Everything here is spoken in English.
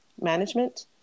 management